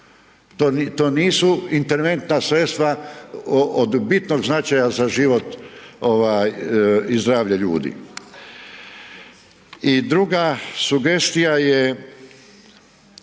to nisu interventna sredstva od bitnog značaja za život, ovaj i zdravlje ljudi. I druga sugestija je